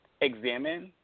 examine